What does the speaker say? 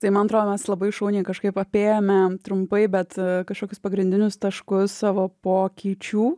tai man atro mes labai šauniai kažkaip apėjome trumpai bet kažkokius pagrindinius taškus savo pokyčių